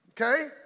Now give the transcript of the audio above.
Okay